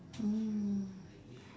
mm